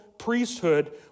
priesthood